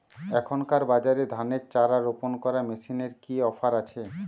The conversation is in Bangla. এখনকার বাজারে ধানের চারা রোপন করা মেশিনের কি অফার আছে?